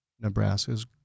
nebraska's